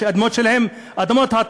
יש אדמות שלהם בטאבו,